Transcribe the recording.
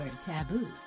taboo